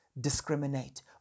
discriminate